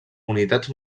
unitats